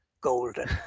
golden